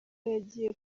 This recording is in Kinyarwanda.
yagiye